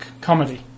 comedy